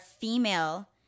female